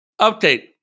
Update